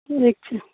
ठीक छै